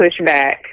pushback